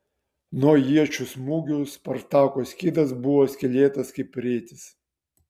nuo iečių smūgių spartako skydas buvo skylėtas kaip rėtis